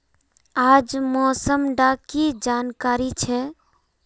आज मौसम डा की जानकारी छै?